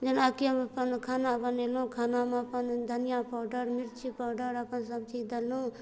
जेनाकि हम अपन खाना बनेलहुँ खानामे अपन धनिआ पाउडर मिरची पाउडर अपन सबचीज देलहुँ